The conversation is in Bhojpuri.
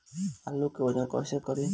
आलू के वजन कैसे करी?